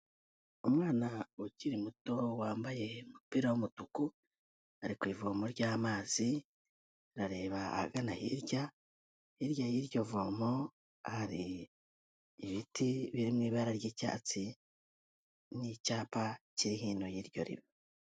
Umwana ukiri muto wambaye umupira w'umutuku, ari ku ivomo ry'amazi arareba ahagana hirya, hirya y'iryo vomo hari ibiti biri mu ibara ry'icyatsi, n'icyapa kiri hino y'iryo riba.